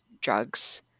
drugs